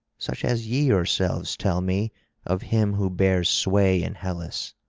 such as ye yourselves tell me of him who bears sway in hellas.